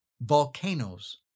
volcanoes